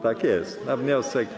Tak jest, na wniosek.